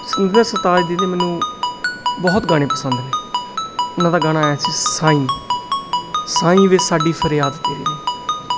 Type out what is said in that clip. ਸਤਿੰਦਰ ਸਰਤਾਜ ਦੇ ਤਾਂ ਮੈਨੂੰ ਬਹੁਤ ਗਾਣੇ ਪਸੰਦ ਨੇ ਉਹਨਾਂ ਦਾ ਗਾਣਾ ਆਇਆ ਸੀ ਸਾਈਂ ਸਾਈਂ ਵੇ ਸਾਡੀ ਫਰਿਆਦ ਤੇਰੇ ਲਈ